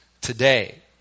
today